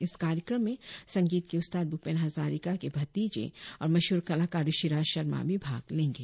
इस कार्यक्रम में संगीत के उस्ताद भूपेन हजारिका के भतीजे और मशहुर कलाकार ऋषिराज शर्मा भी भाग लेंगे